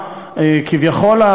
כביכול,